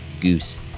Goose